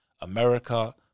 America